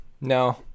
no